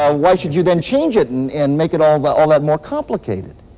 um why should you then change it and and make it all that all that more complicated?